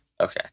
okay